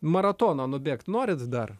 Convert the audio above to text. maratoną nubėgt norit dar